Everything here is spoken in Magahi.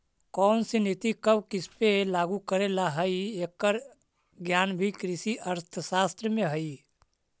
कौनसी नीति कब किसपे लागू करे ला हई, एकर ज्ञान भी कृषि अर्थशास्त्र में हई